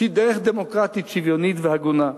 שהיא דרך דמוקרטית שוויונית והגונה.